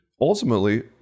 Ultimately